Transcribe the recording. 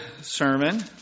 sermon